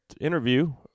interview